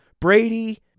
brady